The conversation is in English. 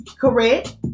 Correct